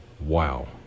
wow